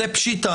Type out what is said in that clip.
זה פשיטא.